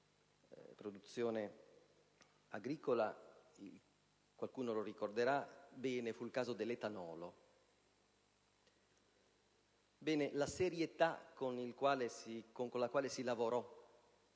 La serietà con la quale si lavorò